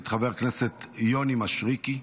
את חבר הכנסת יונתן מישרקי,